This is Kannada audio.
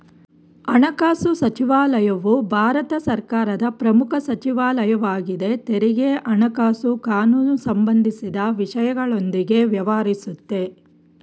ಹಣಕಾಸುಸಚಿವಾಲಯವು ಭಾರತ ಸರ್ಕಾರದ ಪ್ರಮುಖ ಸಚಿವಾಲಯ ವಾಗಿದೆ ತೆರಿಗೆ ಹಣಕಾಸು ಕಾನೂನುಸಂಬಂಧಿಸಿದ ವಿಷಯಗಳೊಂದಿಗೆ ವ್ಯವಹರಿಸುತ್ತೆ